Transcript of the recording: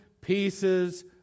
pieces